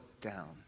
down